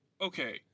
Okay